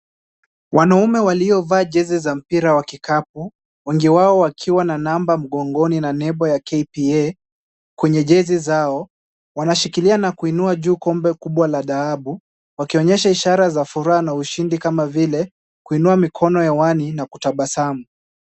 Wanaume waliovaa jezi za mpira wa kikapu, wengi wao wakiwa na namba mgongoni na nembo ya KPA kwenye jezi zao wanashikilia na kuinua juu kombe kubwa la dhahabu, wakionyesha ishara za furaha na ushindi kama vile kuinua mikono hewani na kutabasamu.